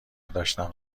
داشتم